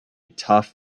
tough